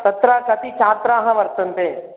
तत्र कति छात्राः वर्तन्ते